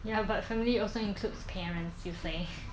ya but family also includes parents you flash